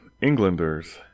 Englanders